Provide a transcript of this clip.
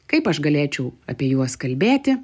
kaip aš galėčiau apie juos kalbėti